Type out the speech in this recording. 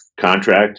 contract